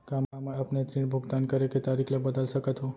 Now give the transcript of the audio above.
का मैं अपने ऋण भुगतान करे के तारीक ल बदल सकत हो?